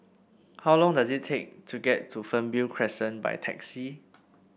how long does it take to get to Fernvale Crescent by taxi